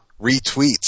retweets